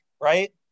Right